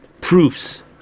proofs